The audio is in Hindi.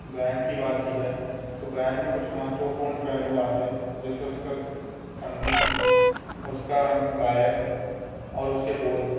गायन की बात की जाय तो गायन में कुछ महत्वपूर्ण पहलू आते जैसे उसका संगीत उसका गायक और उसके बोल